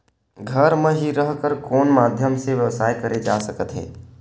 घर म हि रह कर कोन माध्यम से व्यवसाय करे जा सकत हे?